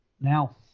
Now